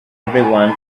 everyone